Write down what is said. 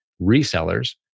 resellers